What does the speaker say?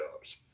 jobs